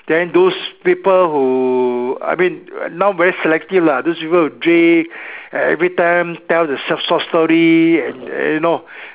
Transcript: then those people who I mean now very selective lah those people who drink everytime tell the short short story and you know